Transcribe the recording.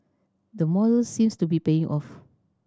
the model seems to be paying off